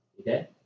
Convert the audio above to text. Okay